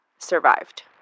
survived